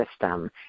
system